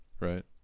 right